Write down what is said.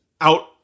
out